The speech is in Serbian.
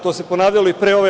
To se ponavljalo i pre ove